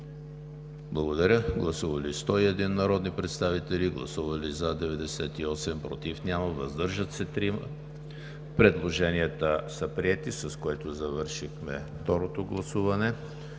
Комисията. Гласували 101 народни представители: за 98, против няма, въздържали се 3. Предложенията са приети, с което завършихме второто гласуване.